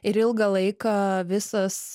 ir ilgą laiką visas